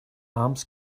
arms